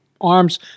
arms